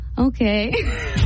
Okay